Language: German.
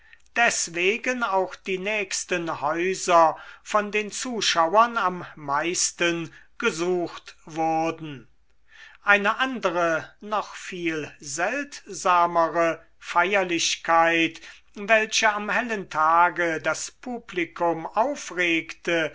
deswegen auch die nächsten häuser von den zuschauern am meisten gesucht wurden eine andere noch viel seltsamere feierlichkeit welche am hellen tage das publikum aufregte